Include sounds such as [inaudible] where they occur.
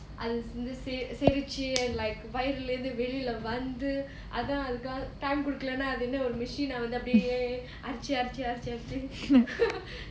அது வந்து செரிச்சு:adhu vandhu sericchu and like வயிர்லந்து வெளில வந்து அதான் அதுக்கு:vayirlandhu velila vandhu adhaan adhukku time குடுக்கலேனா அது என்ன ஒரு:kudukkalena adhu enna oru machine னா அப்டியே அரைச்சு அரைச்சு அரைச்சு அரைச்சு:na apdiye araichu araichu araichu araichu [laughs]